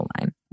line